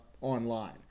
online